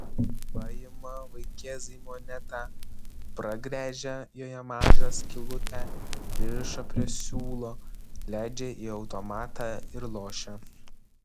paima vaikėzai monetą pragręžia joje mažą skylutę pririša prie siūlo leidžia į automatą ir lošia